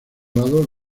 lado